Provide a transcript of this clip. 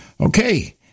Okay